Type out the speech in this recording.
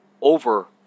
over